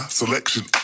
selection